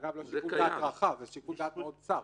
זה לא שיקול דעת רחב, זה שיקול דעת מאוד צר.